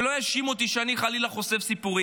שלא יאשימו אותי חלילה שאני חושף סיפורים,